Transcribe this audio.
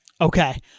okay